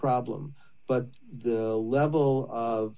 problem but the level